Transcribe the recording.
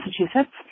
Massachusetts